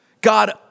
God